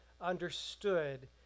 understood